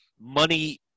money